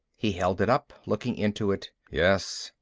he held it up, looking into it. yes,